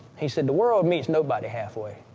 he said, the world meets nobody halfway.